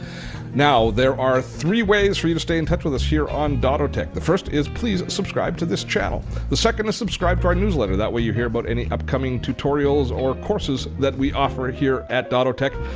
now there are three ways for you to stay in touch with us here on dottotech. the first is please subscribe to this channel. the second is subscribe to our newsletter. that way you hear about any upcoming tutorials or courses that we offer here at dottotech.